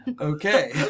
Okay